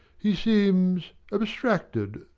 he seems abstracted,